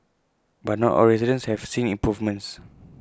but not all residents have seen improvements